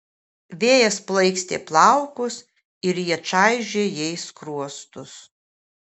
vėjas plaikstė plaukus ir jie čaižė jai skruostus